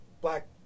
black